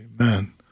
Amen